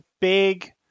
big